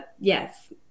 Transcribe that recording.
yes